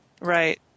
right